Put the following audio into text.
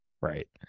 right